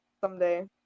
someday